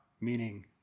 meaning